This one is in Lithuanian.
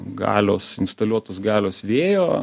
galios instaliuotos galios vėjo